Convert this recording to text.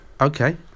okay